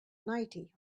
ninety